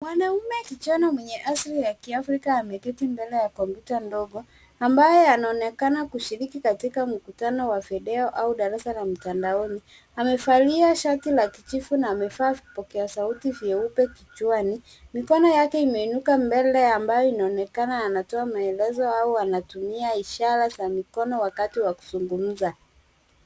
Mwanaume kijana mwenye asili ya kiafrika ameketi mbele ya kompyuta ndogo ambaye anaonekana kushiriki katika mkutano wa video au darasa la mtandaoni amevalia shati la kijivu na amevaa vipokea sauti vyeupe kichwani. Mikono yake imeinuka mbele ambayo inaonekana anatoa maelezo au anatumia ishara za mkono wakati wa kuzungumza.